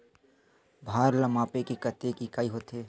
भार ला मापे के कतेक इकाई होथे?